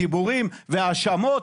דיבורים והאשמות,